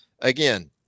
Again